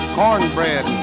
cornbread